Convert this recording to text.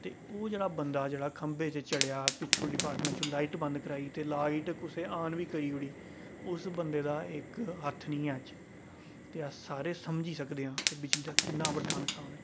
ते ओह् जेह्ड़ा बंदा हा जेह्ड़ा खम्बे पर चढ़ेआ हा पिच्छूं डिपार्टमेंट चूं लाइट बंद कराई ते लाइट कुसै आन बी करी ओड़ी उस बंदे दा इक हत्थ नी ऐ अज्ज ते अस सारे समझी सकदे आं के बिजली दा किन्ना बड्डा नुक्सान ऐ